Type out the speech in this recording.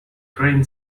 train